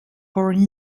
born